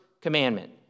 commandment